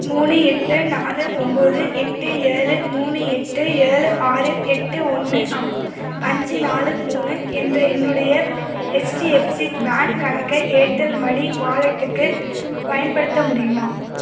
மூணு எட்டு நாலு ஒம்பது எட்டு ஏழு மூணு எட்டு ஏழு ஆறு எட்டு ஒன்று அம் அஞ்சு நாலு மூணு என்ற என்னுடைய ஹெச்டிஎஃப்சி பேங்க் கணக்கை ஏர்டெல் மணி வாலெட்டுக்கு பயன்படுத்த முடியுமா